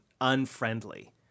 unfriendly